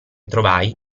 trovai